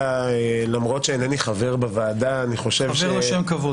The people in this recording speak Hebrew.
למרות שאיני חבר בוועדה- - חבר לשם כבוד.